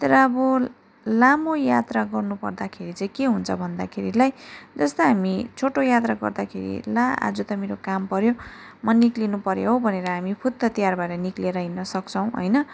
तर अब लामो यात्रा गर्नुपर्दाखेरि चाहिँ के हुन्छ भन्दाखेरिलाई जस्तै हामी छोटो यात्रा गर्दाखेरि ला आज त मेरो काम पऱ्यो म निक्लिनु पऱ्यो हौ भनेर हामी फुत्त तयार भएर हामी निक्लिएर हिँड्न सक्छौँ होइन